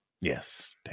Yes